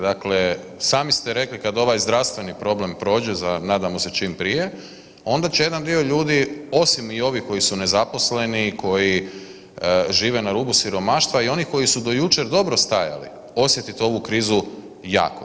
Dakle, sami ste rekli kad ovaj zdravstveni problem prođe za, nadamo se čim prije onda će jedan dio ljudi osim i ovi koji su nezaposleni i koji žive na rubu siromaštva i oni koji su do jučer dobro stajali osjetiti ovu krizu jako.